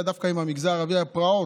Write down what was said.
היו דווקא עם המגזר הערבי פרעות,